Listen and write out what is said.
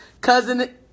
Cousin